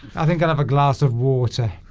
i think i'll have a glass of water